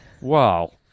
Wow